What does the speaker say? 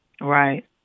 Right